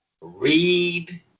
read